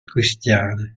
cristiane